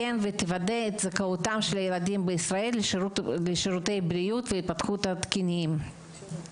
את זכאותם של ילדי ישראל לשירותי בריאות והתפתחות תקינים.